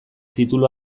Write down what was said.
titulu